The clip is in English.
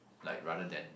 like rather than